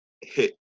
hit